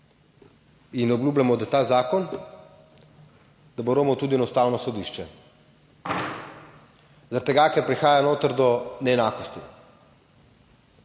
in obljubljamo, da ta zakon, da bo romal tudi na Ustavno sodišče, zaradi tega, ker prihaja noter do neenakosti.